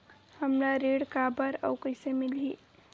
हमला ऋण काबर अउ कइसे मिलही?